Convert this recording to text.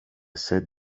sett